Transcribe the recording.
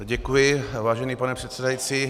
Děkuji, vážený pane předsedající.